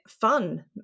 fun